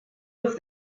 with